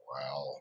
Wow